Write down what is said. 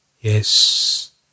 Yes